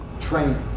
training